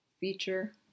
feature